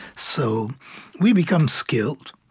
so we become skilled,